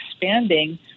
expanding